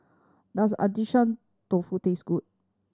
does Dofu taste good